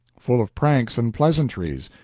full of pranks and pleasantries,